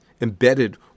embedded